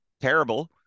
terrible